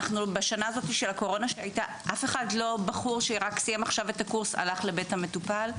בשת הקורונה אף בחור שרק סיים עכשיו את הקורס הלך לבית המטופל.